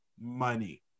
money